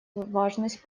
важность